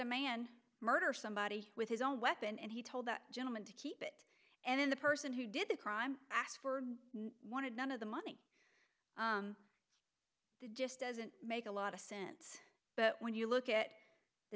a man murder somebody with his own weapon and he told the gentleman to keep it and then the person who did the crime asked for wanted none of the money just doesn't make a lot of sense but when you look at the